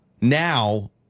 Now